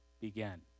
began